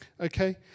okay